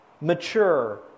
mature